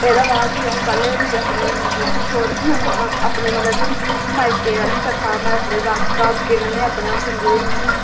ते एह्दे बाद भी अं'ऊ अपने भी सौह्रियें ते अपने की ते अपने मायके आह्ली तरफा में अपने दादके कन्नै अपने अं'ऊ जंदी रेही